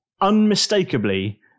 unmistakably